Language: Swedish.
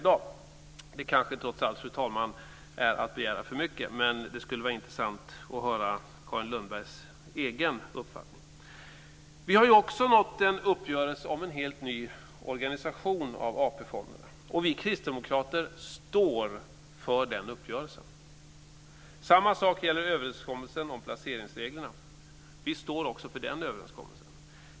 Det kanske trots allt, fru talman, är att begära för mycket, men det skulle vara intressant att höra Carin Lundbergs egen uppfattning. Vi har också nått en uppgörelse om en helt ny organisation av AP-fonderna. Vi kristdemokrater står för den uppgörelsen. Samma sak gäller överenskommelsen om placeringsreglerna. Vi står också för den överenskommelsen.